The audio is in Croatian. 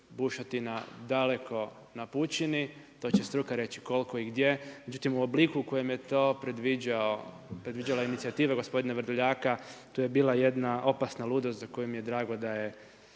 bušotina daleko na pučini, to će reći struka koliko i gdje, međutim u obliku u kojem je to predviđala inicijativa gospodina Vrdoljaka tu je bila jedna opasna ludost za koju mi je drago da je